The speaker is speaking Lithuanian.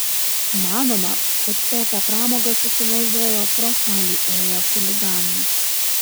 manoma kad tokią pramogą susigalvojo pro šalį ėję chuliganai